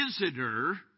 visitor